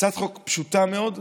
הצעת חוק פשוטה מאוד,